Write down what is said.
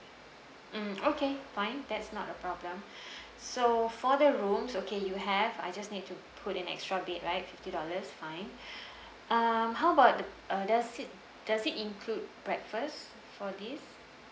mm okay fine that's not a problem so for the rooms okay you have I just need to put an extra bed right fifty dollars fine um how about the uh does it does it include breakfast for this